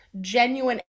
genuine